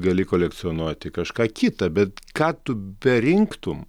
gali kolekcionuoti kažką kitą bet ką tu berinktum